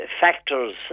factors